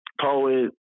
poet